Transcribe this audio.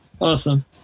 Awesome